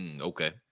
Okay